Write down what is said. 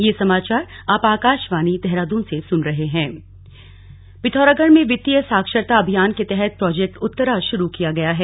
project Uttara Pithoragarh में वित्तीय साक्षरता अभियान के तहत प्रोजेक्ट उत्तरा शुरू किया गया है